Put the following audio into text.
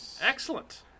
Excellent